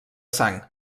sang